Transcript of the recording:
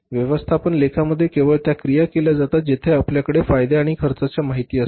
व्यवस्थापन लेखामध्ये केवळ त्या क्रिया केल्या जातात जेथे आपल्याकडे फायदे आणि खर्चाची माहिती असते